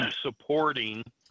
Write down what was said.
supporting